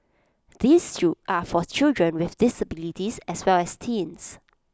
these two are children with disabilities as well as teens